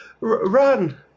Run